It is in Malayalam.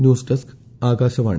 news desk Akashvani